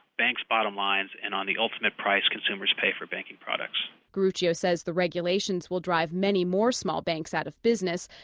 banks' bottom lines and on the ultimate price consumers pay for banking products garrucio says the regulations will drive many more smaller banks out of business.